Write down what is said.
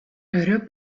орой